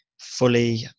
fully